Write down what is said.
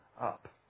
up